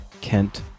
Kent